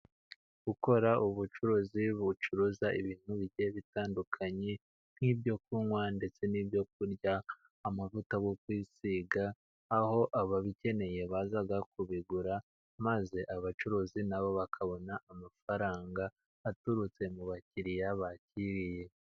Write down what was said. Gukora ubucuruzi bucuruza ibintu bike bitandukanye, nk'ibyo kunywa ndetse n'ibyo kurya, amavuta yo kwisiga, aho ababikeneye baza kubigura, maze abacuruzi nabo bakabona amafaranga, aturutse mu bakiriya bakiriye.